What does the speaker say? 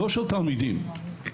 לא של תלמידים אלא של